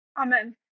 Amen